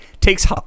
takes